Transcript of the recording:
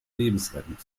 lebensrettend